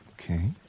Okay